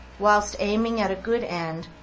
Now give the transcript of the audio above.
whilst aiming at a good end,